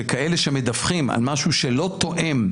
שכאלה שמדווחים על משהו שלא תואם,